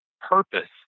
purpose